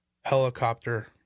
helicopter